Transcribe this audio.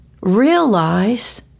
Realize